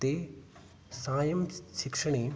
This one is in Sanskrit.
ते सायं स् शिक्षणे